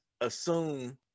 assume